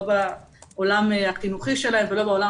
לא בעולם החינוכי שלהם ולא בעולם